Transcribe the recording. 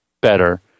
better